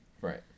Right